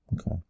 Okay